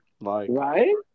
Right